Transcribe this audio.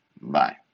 Bye